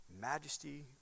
majesty